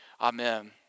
amen